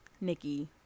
Nikki